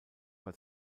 bei